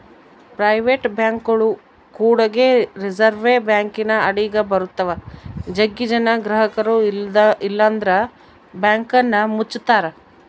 private ಬ್ಯಾಂಕ್ಗಳು ಕೂಡಗೆ reserve ಬ್ಯಾಂಕಿನ ಅಡಿಗ ಬರುತ್ತವ, ಜಗ್ಗಿ ಜನ ಗ್ರಹಕರು ಇಲ್ಲಂದ್ರ ಬ್ಯಾಂಕನ್ನ ಮುಚ್ಚುತ್ತಾರ